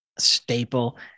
staple